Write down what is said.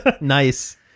Nice